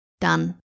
Done